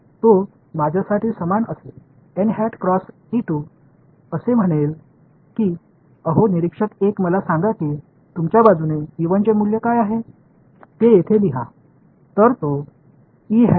तो माझ्यासाठी समान असेल असे म्हणेल की अहो निरीक्षक 1 मला सांगा की तुमच्या बाजूचे चे मूल्य काय आहे ते येथे लिहा